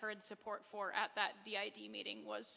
heard support for at that the id meeting was